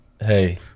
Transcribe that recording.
hey